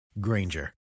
Granger